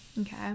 Okay